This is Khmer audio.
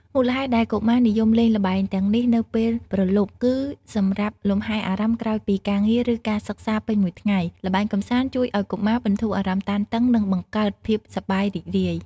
មូលហេតុដែលកុមារនិយមលេងល្បែងទាំងនេះនៅពេលព្រលប់គឺសម្រាប់លំហែអារម្មណ៍ក្រោយពីការងារ ឬការសិក្សាពេញមួយថ្ងៃ ល្បែងកម្សាន្តជួយឱ្យកុមារបន្ធូរអារម្មណ៍តានតឹង និងបង្កើតភាពសប្បាយរីករាយ ។